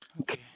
Okay